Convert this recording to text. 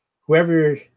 whoever